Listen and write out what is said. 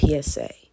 PSA